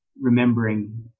remembering